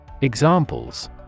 Examples